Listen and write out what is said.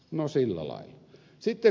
no sillä lailla